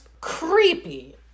creepy